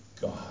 God